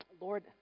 Lord